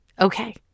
Okay